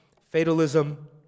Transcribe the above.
Fatalism